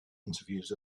interviews